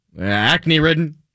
acne-ridden